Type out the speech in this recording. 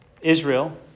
Israel